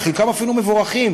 וחלקם אפילו מבורכים,